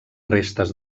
restes